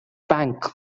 spank